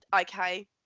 okay